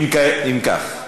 אם כך,